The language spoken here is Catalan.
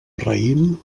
raïm